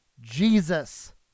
Jesus